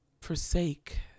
forsake